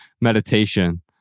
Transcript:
meditation